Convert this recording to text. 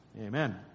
Amen